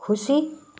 खुसी